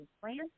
plans